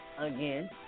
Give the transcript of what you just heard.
again